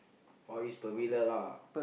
Far East Pavilion lah